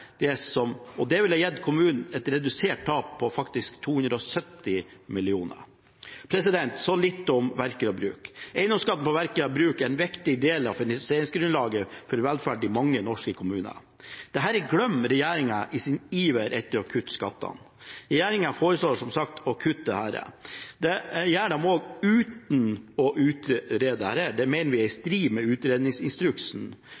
år for gjennomsnittsberegning. Det ville gitt kommunene et redusert tap på 270 mill. kr. Så litt om verker og bruk. Eiendomsskatt på verker og bruk er en viktig del av finansieringsgrunnlaget for velferd i mange norske kommuner. Dette glemmer regjeringen i sin iver etter å kutte skattene. Regjeringen foreslår som sagt å kutte dette. Det gjør de også uten å utrede. Vi mener det er i